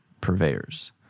purveyors